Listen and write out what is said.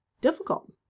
difficult